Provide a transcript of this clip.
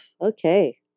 Okay